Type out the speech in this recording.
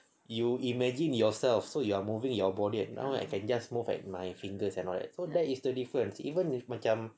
you imagine yourself so you're moving your body and you know like you can just move at my fingers and all that so that is the difference even if macam